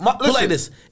Listen